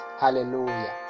hallelujah